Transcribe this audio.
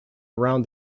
around